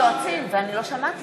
לאלקין קראתי ואני לא שמעתי,